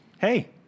Hey